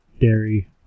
dairy